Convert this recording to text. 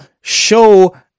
show